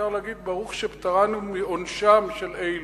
אפשר להגיד ברוך שפטרנו מעונשם של אלה.